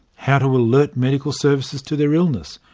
how to alert medical services to their illness?